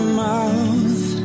mouth